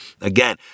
again